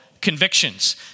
convictions